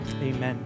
amen